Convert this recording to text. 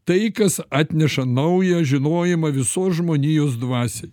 tai kas atneša naują žinojimą visos žmonijos dvasiai